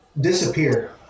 disappear